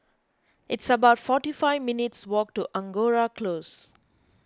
it's about forty five minutes' walk to Angora Close